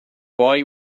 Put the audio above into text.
boy